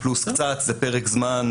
פלוס קצת זה פרק זמן